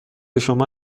شما